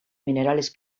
minerales